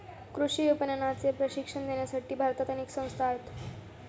कृषी विपणनाचे प्रशिक्षण देण्यासाठी भारतात अनेक संस्था आहेत